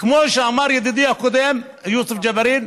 כמו שאמר ידידי יוסף ג'בארין,